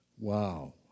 Wow